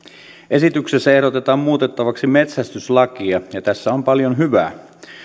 esityksessä ehdotetaan muutettavaksi metsästyslakia ja ja tässä on paljon hyvää